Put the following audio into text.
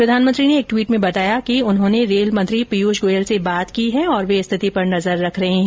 प्रधानमंत्री ने एक ट्वीट में बताया कि उन्होंने रेल मंत्री पीयूष गोयल से बात की है और वे स्थिति पर नजर रख रहे हैं